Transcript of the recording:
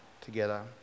together